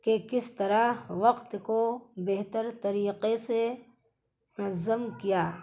کہ کس طرح وقت کو بہتر طریقے سے منظم کیا